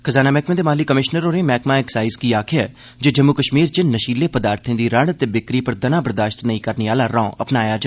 खजाना मैहकमे दे माली कमीशनर होरें मैहकमा एक्साइज़ गी आक्खेया जे जम्मू कश्मीर च नशीलें पदार्थे दी रड़ ते बिक्री पर दना बरदाश्त नेंई करने आला रौं अपनाया जा